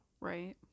Right